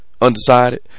Undecided